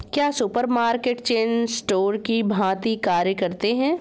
क्या supermarket chain store की भांति कार्य करते हैं?